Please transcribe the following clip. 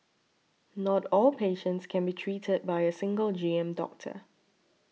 not all patients can be treated by a single G M doctor